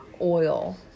oil